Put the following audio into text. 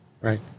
Right